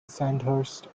sandhurst